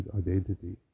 identity